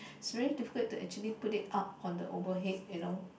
is very difficult to actually put it up on the overhead you know